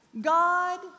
God